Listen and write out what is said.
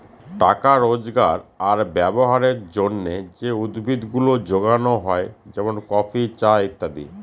টাকা রোজগার আর ব্যবহারের জন্যে যে উদ্ভিদ গুলা যোগানো হয় যেমন কফি, চা ইত্যাদি